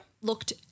looked